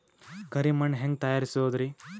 ಕರಿ ಮಣ್ ಹೆಂಗ್ ತಯಾರಸೋದರಿ?